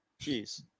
Jeez